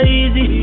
easy